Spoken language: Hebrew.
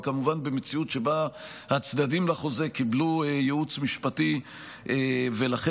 וכמובן במציאות שבה הצדדים לחוזה קיבלו ייעוץ משפטי ולכן